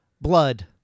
blood